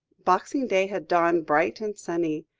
boxing day had dawned bright and sunny,